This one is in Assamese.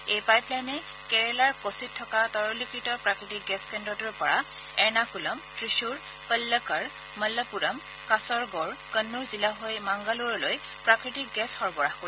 এই পাইপলাইনে কেৰালাৰ কচিত থকা তৰলীকত প্ৰাকৃতিক গেছ কেন্দ্ৰটোৰ পৰা এৰ্ণকুলম ত্ৰিশুৰ পল্লক্বড় মলপ্পৰম কাছৰগোড কন্নড় জিলা হৈ মাংগালকুলৈ প্ৰাকৃতিক গেছ সৰবৰাহ কৰিব